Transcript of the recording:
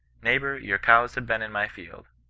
neighbour, your cows have been in my field.